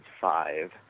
five